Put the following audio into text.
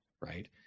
Right